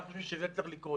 אנחנו חושבים שזה צריך לקרות.